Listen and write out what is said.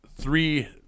three –